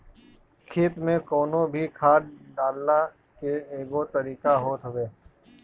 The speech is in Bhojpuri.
खेत में कवनो भी खाद डालला के एगो तरीका होत हवे